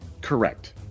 Correct